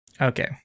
Okay